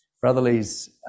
Brotherly's